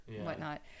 whatnot